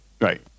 right